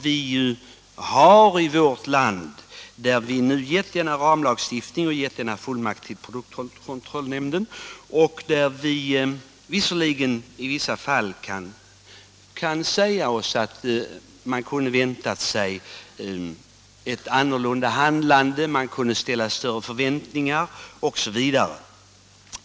Vi har i vårt land en ramlagstiftning, och vi har givit en fullmakt åt produktkontrollnämnden. Vi kunde kanske därför ha väntat oss ett annorlunda handlande, vi hade ställt större förväntningar osv.